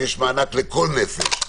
יש מענק לכל נפש.